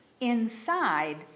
inside